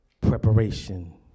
preparation